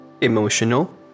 emotional